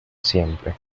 siempre